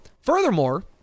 Furthermore